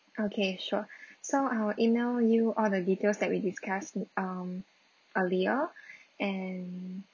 okay sure so I'll email you all the details that we discussed um earlier and